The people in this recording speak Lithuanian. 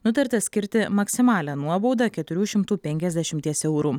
nutarta skirti maksimalią nuobaudą keturių šimtų penkiasdešimties eurų